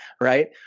right